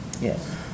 Yes